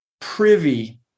privy